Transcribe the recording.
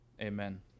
Amen